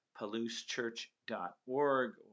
PalouseChurch.org